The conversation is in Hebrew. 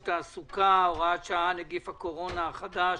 התעסוקה (הוראת שעה נגיף הקורונה החדש),